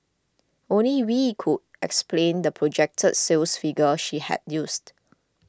only Wee could explain the projected sales figure she had used